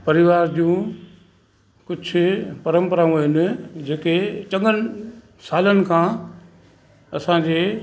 परिवार जूं कुझु परंपराऊं आहिनि जेके चङनि सालनि खां असांजे